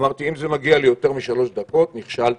אם זה מגיע ליותר משלוש דקות נכשלתם.